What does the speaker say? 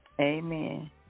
Amen